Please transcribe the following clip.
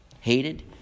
hated